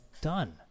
done